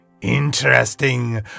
Interesting